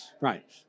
Right